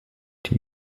die